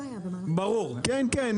אוקיי.